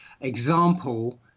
example